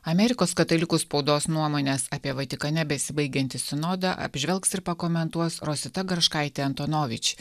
amerikos katalikų spaudos nuomonės apie vatikane besibaigiantis sinodą apžvelgs ir pakomentuos rosita garškaitė antonovič